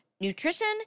nutrition